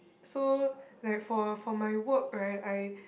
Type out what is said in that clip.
so like for for my work right I